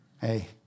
Hey